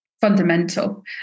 fundamental